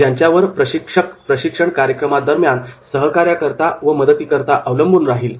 ज्यांच्यावर प्रशिक्षक प्रशिक्षण कार्यक्रमादरम्यान सहकार्याकरिता व मदतीकरिता अवलंबून राहील